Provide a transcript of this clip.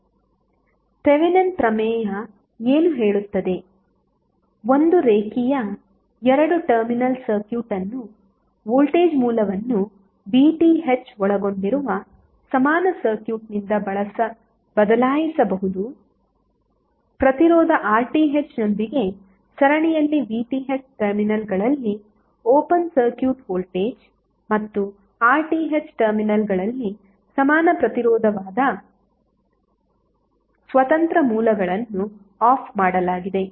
slide time ನೋಡಿ 0450 Thevenin ಪ್ರಮೇಯ ಏನು ಹೇಳುತ್ತದೆ ಒಂದು ರೇಖೀಯ ಎರಡು ಟರ್ಮಿನಲ್ ಸರ್ಕ್ಯೂಟ್ ಅನ್ನು ವೋಲ್ಟೇಜ್ ಮೂಲವನ್ನು VTh ಒಳಗೊಂಡಿರುವ ಸಮಾನ ಸರ್ಕ್ಯೂಟ್ನಿಂದ ಬದಲಾಯಿಸಬಹುದು ಪ್ರತಿರೋಧ RTh ಯೊಂದಿಗೆ ಸರಣಿಯಲ್ಲಿ VTh ಟರ್ಮಿನಲ್ಗಳಲ್ಲಿ ಓಪನ್ ಸರ್ಕ್ಯೂಟ್ ವೋಲ್ಟೇಜ್ ಮತ್ತು RTh ಟರ್ಮಿನಲ್ಗಳಲ್ಲಿ ಸಮಾನ ಪ್ರತಿರೋಧವಾದಾಗ ಸ್ವತಂತ್ರ ಮೂಲಗಳನ್ನು ಆಫ್ ಮಾಡಲಾಗಿದೆ